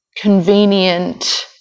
convenient